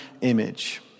image